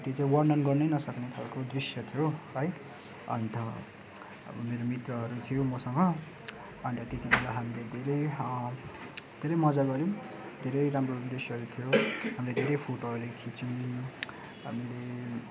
अब त्यो चाहिँ वर्णन गर्नै नसक्ने खालको दृश्य थियो है अन्त अब मेरो मित्रहरू थियो मसँग अन्त त्यति बेला हामीले धेरै धेरै मजा गर्यौँ धेरै राम्रो दृश्यहरू थियो अन्त धेरै फोटोहरू खिच्यौँ हामीले